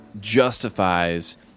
justifies